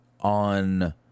on